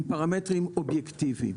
עם פרמטרים אובייקטיביים,